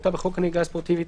כמשמעותה בחוק הנהיגה הספורטיבית,